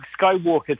skywalker